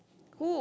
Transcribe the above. who